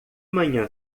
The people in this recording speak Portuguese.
manhã